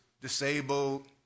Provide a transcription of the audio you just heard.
disabled